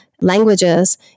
languages